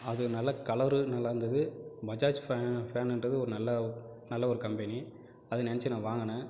அது நல்ல கலரு நல்லா இருந்தது பஜாஜ் ஃபேன் ஃபேன்னுன்றது ஒரு நல்ல நல்ல ஒரு கம்பெனி அது நெனச்சு நான் வாங்கினேன்